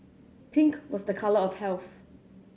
pink was the colour of health